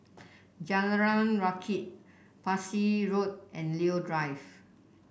Jalan Rakit Parsi Road and Leo Drive